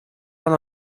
pan